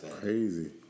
crazy